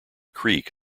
creek